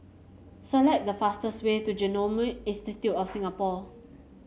select the fastest way to Genome Institute of Singapore